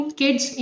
kids